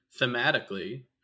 thematically